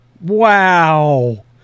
Wow